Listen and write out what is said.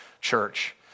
church